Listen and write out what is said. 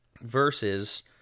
versus